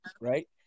right